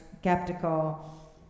skeptical